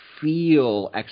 feel